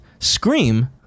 Scream